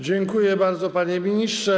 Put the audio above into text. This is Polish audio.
Dziękuję bardzo, panie ministrze.